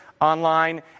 online